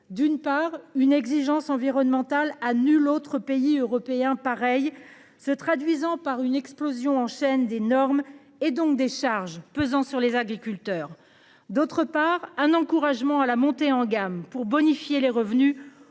d'une part une exigence environnementale à nul autre pays européen pareil se traduisant par une explosion en chaîne des normes et donc des charges pesant sur les agriculteurs. D'autre part un encouragement à la montée en gamme pour bonifier les revenus